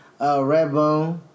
Redbone